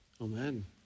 Amen